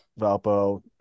Valpo